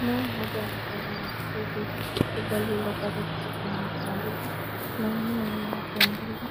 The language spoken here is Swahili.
Mama mmoja amesimama na ndizi kubwa lililo katwa kutoka kwenye mti wa ndizi. Kuna mimea nyuma hapo ya ndizi.